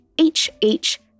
H-H